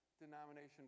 denomination